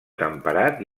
temperat